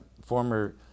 former